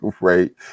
right